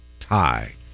tie